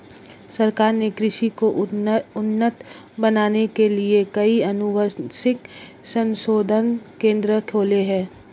सरकार ने कृषि को उन्नत बनाने के लिए कई अनुवांशिक संशोधन केंद्र खोले हैं